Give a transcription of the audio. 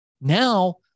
Now